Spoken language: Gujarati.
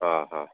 હ હ